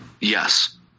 Yes